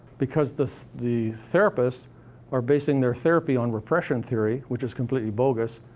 because the the therapists are basing their therapy on repression theory, which is completely bogus,